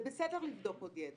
זה בסדר לבדוק עוד ידע,